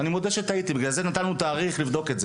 ואני מודה שטעיתי, ולכן נתנו תאריך לבדוק את זה.